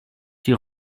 die